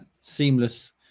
seamless